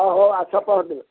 ହଁ ହଉ ଆସ ପହରଦିନ